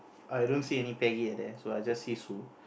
I don't see any Peggy at there I just see Sue